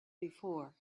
before